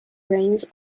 rains